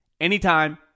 anytime